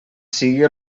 sigui